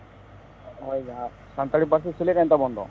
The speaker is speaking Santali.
ᱦᱳᱭ ᱡᱟᱦᱟᱸ ᱨᱮ ᱥᱟᱱᱛᱟᱲᱤ ᱯᱟᱹᱨᱥᱤ ᱥᱮᱞᱮᱫ ᱮᱱ ᱛᱟᱵᱚᱱ ᱫᱚ